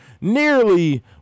nearly